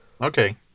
Okay